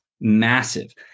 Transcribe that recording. massive